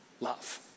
love